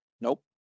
Nope